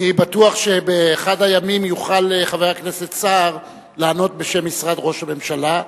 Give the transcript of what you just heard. אני בטוח שבאחד הימים יוכל חבר הכנסת סער לענות בשם משרד ראש הממשלה.